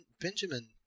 Benjamin